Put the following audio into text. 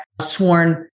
sworn